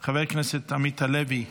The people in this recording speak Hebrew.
חבר הכנסת עמית הלוי,